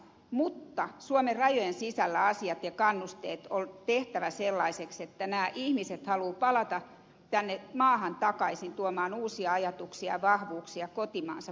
mutta suomen rajojen sisällä asiat ja kannusteet on tehtävä sellaisiksi että nämä ihmiset haluavat palata tänne maahan takaisin tuomaan uusia ajatuksia ja vahvuuksia kotimaansa parhaaksi